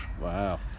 wow